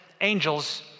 angels